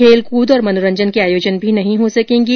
खेलकृद और मनोरंजन के आयोजन भी नहीं हो सकेंगे